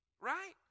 right